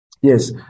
yes